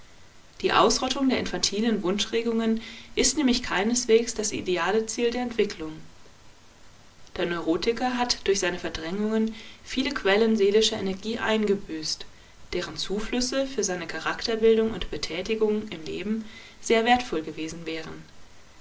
die ausrottung der infantilen wunschregungen ist nämlich keineswegs das ideale ziel der entwicklung der neurotiker hat durch seine verdrängungen viele quellen seelischer energie eingebüßt deren zuflüsse für seine charakterbildung und betätigung im leben sehr wertvoll gewesen wären